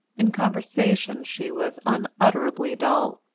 in conversation she was unutterably dull.